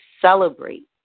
celebrate